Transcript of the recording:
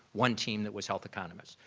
one team that was health economist.